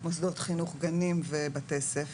100 בחוץ, כשזה בלי תו